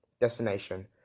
destination